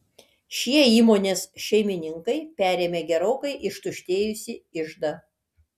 šie įmonės šeimininkai perėmė gerokai ištuštėjusį iždą